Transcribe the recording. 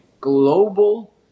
global